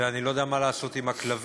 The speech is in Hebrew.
ואני לא יודע מה לעשות עם הכלבים,